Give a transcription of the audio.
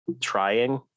trying